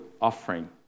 offering